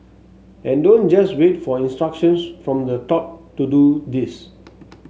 and don't just wait for instructions from the top to do this